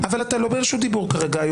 אתה לא ברשות דיבור כרגע.